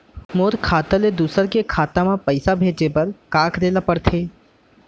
मोर खाता ले दूसर के खाता म पइसा भेजे बर का करेल पढ़थे?